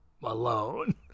malone